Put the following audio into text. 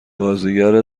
بازیگر